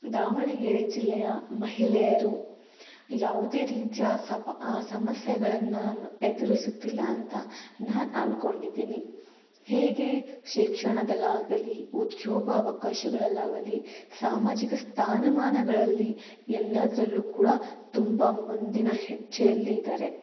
ದಾವಣಗೆರೆ ಜಿಲ್ಲೆಯ ಮಹಿಳೆಯರು ಯಾವುದೇ ರೀತಿಯ ಸಬ ಸಮಸ್ಯೆಗಳನ್ನು ಎದುರಿಸುತ್ತಿಲ್ಲ ಅಂತ ನಾನು ಅನ್ಕೊಂಡಿದ್ದೀನಿ ಹೇಗೆ ಶಿಕ್ಷಣದಲ್ಲಾಗಲಿ ಉದ್ಯೋಗ ಅವಕಾಶಗಳಲ್ಲಾಗಲಿ ಸಾಮಾಜಿಕ ಸ್ಥಾನಮಾನಗಳಲ್ಲಿ ಎಲ್ಲದರಲ್ಲೂ ಕೂಡ ತುಂಬ ಮುಂದಿನ ಹೆಜ್ಜೆಯಲ್ಲಿ ಇದ್ದಾರೆ